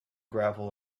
gravel